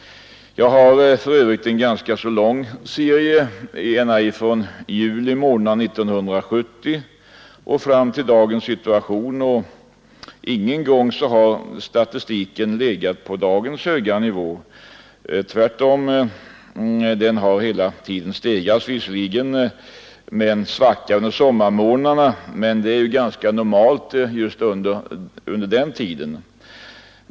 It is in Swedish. Jag har för övrigt en ganska lång serie — ända från juli månad 1970 och fram till dagens situation. Ingen gång har statistiken legat på dagens höga nivå. Tvärtom har siffrorna hela tiden stigit, visserligen med en svacka under sommarmånaderna, men det är ju en ganska normal utveckling just under den tiden.